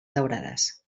daurades